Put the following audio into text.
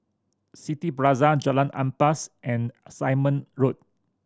City Plaza Jalan Ampas and Simon Road